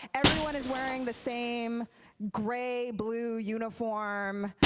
everyone is wearing the same gray-blue uniform.